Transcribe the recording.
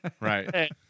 Right